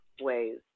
ways